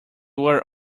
were